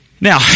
Now